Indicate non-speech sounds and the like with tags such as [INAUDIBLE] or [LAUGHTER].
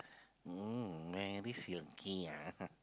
um very silky ah [LAUGHS]